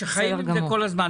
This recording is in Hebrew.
שחיים את זה כל הזמן,